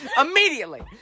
Immediately